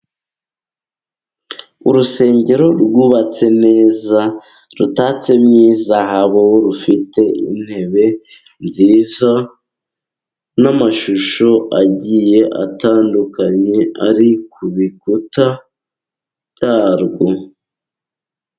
Urusengero rwubatse neza rutatsemo izahabu, rufite intebe nziza n'amashusho agiye atandukanye, ari ku bikuta byarwo.